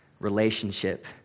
relationship